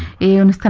and